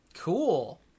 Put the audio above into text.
cool